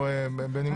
אנחנו בנימה אופטימית.